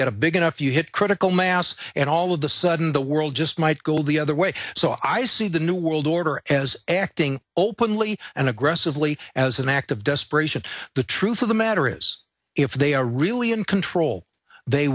get a big enough you hit critical mass and all of the sudden the world just might go the other way so i see the new world order as acting openly and aggressively as an act of desperation the truth of the matter is if they are really in control they